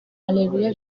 areruya